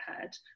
heard